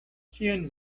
kion